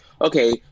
okay